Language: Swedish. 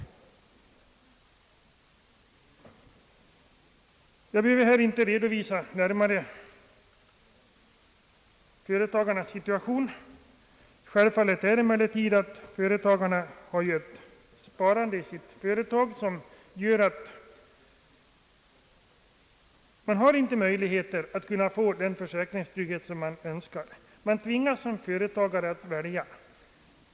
Jag behöver inte här närmare redovisa företagarnas situation. Självfallet är emellertid att företagarna har ett sparande i sina företag, som ofta innebär att de inte har möjligheter att samtidigt få den försäkringstrygghet som de önskar. Man tvingas som företagare att välja.